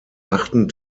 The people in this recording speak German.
achten